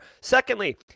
Secondly